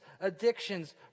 addictions